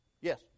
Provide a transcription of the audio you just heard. Yes